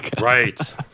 Right